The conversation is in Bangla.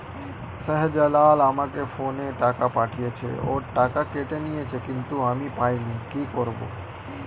শাহ্জালাল আমাকে ফোনে টাকা পাঠিয়েছে, ওর টাকা কেটে নিয়েছে কিন্তু আমি পাইনি, কি করব?